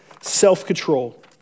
self-control